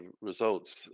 results